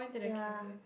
ya